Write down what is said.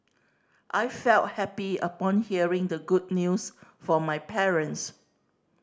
I felt happy upon hearing the good news from my parents